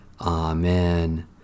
Amen